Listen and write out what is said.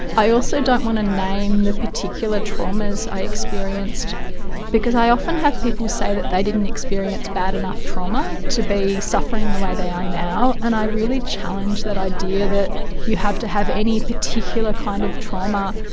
i also don't want to name the particular traumas i experienced because i often have people say that they didn't experience bad enough trauma to be suffering the way they are now, and i really challenge that idea, that you have to have any particular kind of trauma.